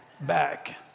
back